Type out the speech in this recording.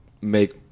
make